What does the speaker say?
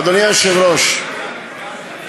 אדוני היושב-ראש,